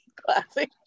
Classic